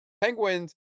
Penguins